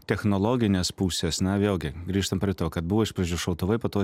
technologinės pusės na vėlgi grįžtam prie to kad buvo iš pradžių šautuvai po to